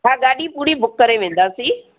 हा गाॾी पूरी बुक करे वेंदासीं